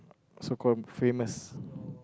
so called famous